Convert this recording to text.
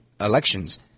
elections